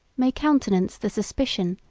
may countenance the suspicion,